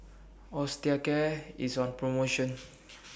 Osteocare IS on promotion